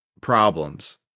problems